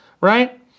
right